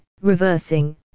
reversing